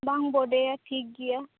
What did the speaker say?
ᱵᱟᱝ ᱵᱚᱰᱮᱭᱟ ᱴᱷᱤᱠ ᱜᱮᱭᱟ